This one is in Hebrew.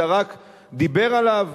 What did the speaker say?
אלא רק דיבר עליו.